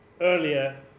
earlier